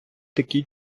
такі